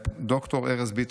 ד"ר ארז ביטון.